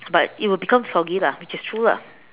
but it will become soggy lah which is true lah